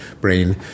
brain